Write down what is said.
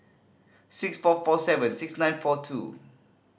six four four seven six nine four two